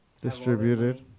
Distributed